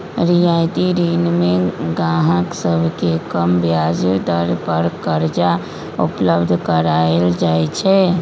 रियायती ऋण में गाहक सभके कम ब्याज दर पर करजा उपलब्ध कराएल जाइ छै